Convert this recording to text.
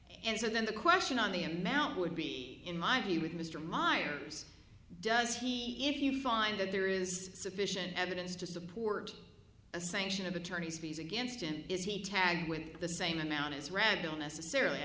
and so then the question on the amount would be in my view with mr meyers does he if you find that there is sufficient evidence to support a sanction of attorney's fees against him is he tagged with the same amount as randall necessarily